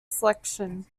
selection